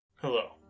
Hello